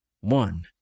one